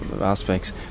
aspects